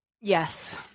Yes